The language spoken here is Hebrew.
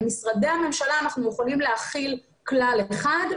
על משרדי הממשלה אנחנו יכולים להחיל כלל אחד,